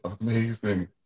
amazing